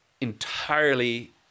entirely